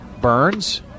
Burns